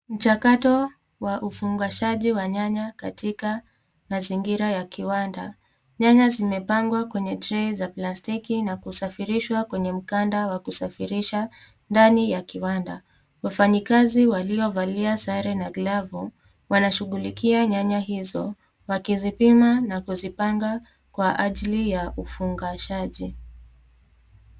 Mchakato wa ufungashaji wa nyanya katika mazingira ya kiwanda. Nyanya zimepangwa kwenye trei za plastiki na kusafirishwa kwenye mkanda wa kusafirisha ndani ya kiwanda. Wafanyikazi waliovalia sare na glavu wanashughulikia nyanya hizo, wakizipima na kuzipanga kwa ajili ya ufungashaji.